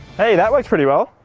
hey, that works pretty well!